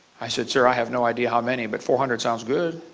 i said, sir, i have no idea how many, but four hundred sounds good.